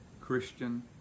Christian